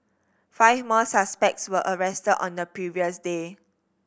five more suspects were arrested on the previous day